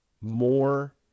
more